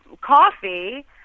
coffee